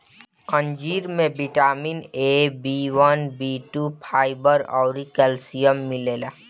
अंजीर में vitamin A, B one, B two, fibre अउरी कैल्शियम मिलेला